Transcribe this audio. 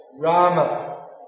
Rama